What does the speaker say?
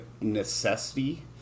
necessity